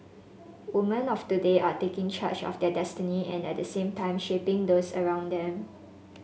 woman of today are taking charge of their destiny and at the same shaping those around them